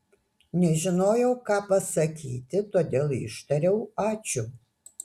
nežinojau ką pasakyti todėl ištariau ačiū